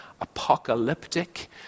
apocalyptic